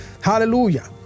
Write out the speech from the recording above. Hallelujah